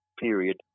period